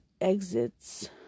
Exits